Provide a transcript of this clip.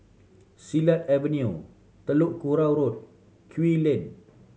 Silat Avenue Telok Kurau Road Kew Lane